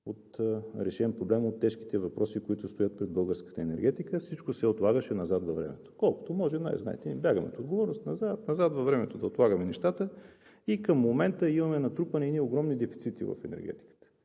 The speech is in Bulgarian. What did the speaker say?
решен проблем от тежките въпроси, които стоят пред българската енергетика, всичко се отлагаше назад във времето. Колкото може, нали знаете, ние бягаме от отговорност, назад, назад във времето да отлагаме нещата и към момента имаме натрупани едни огромни дефицити в енергетиката.